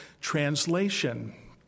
translation